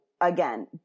Again